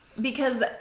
because-